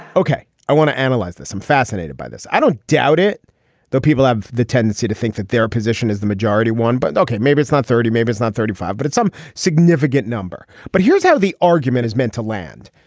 ok. i want to analyze this. i'm fascinated by this. i don't doubt it though people have the tendency to think that their position is the majority one but ok maybe it's not thirty maybe it's not thirty five but it's some significant number. but here's how the argument is meant to land.